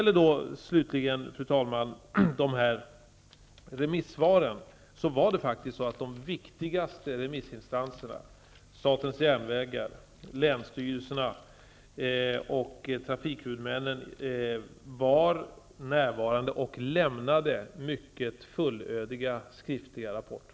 De viktigaste remissinstanserna -- bl.a. statens järnvägar, länsstyrelserna och trafikhuvudmännen -- var representerade vid hearingen och lämnade även mycket fullödiga skriftliga rapporter.